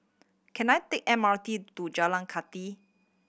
can I take M R T to Jalan Kathi